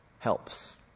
Helps